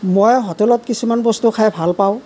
মই হোটেলত কিছুমান বস্তু খায় ভাল পাওঁ